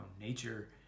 nature